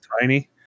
tiny